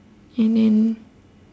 and then